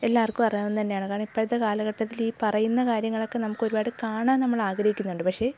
എല്ലാവർക്കും അറിയാവുന്നതു തന്നെയാണ് കാരണം ഇപ്പോഴത്തെ കാലഘട്ടത്തിൽ ഈ പറയുന്ന കാര്യങ്ങളൊക്കെ നമുക്ക് ഒരുപാട് കാണാൻ നമ്മളാഗ്രഹിക്കുന്നുണ്ട് പക്ഷേ